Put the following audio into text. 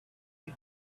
you